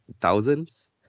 thousands